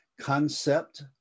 concept